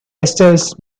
esters